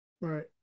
Right